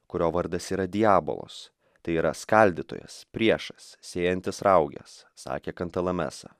kurio vardas yra diabolos tai yra skaldytojas priešas sėjantis rauges sakė kantalamesa